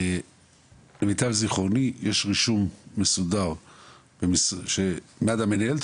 למיטב זכרוני יש רישום מסודר שמד"א מנהלת